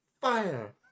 fire